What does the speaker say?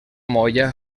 molla